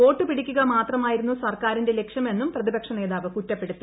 vote പിടിക്കുക മാത്രമായിരുന്നു സർക്കാരിന്റെ ലക്ഷ്യമെന്നും പ്രതിപക്ഷ നേതാവ് കുറ്റപ്പെടുത്തി